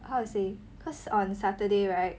how to say cause on saturday right